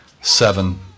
seven